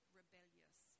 rebellious